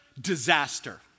Disaster